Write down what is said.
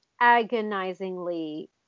agonizingly